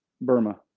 burma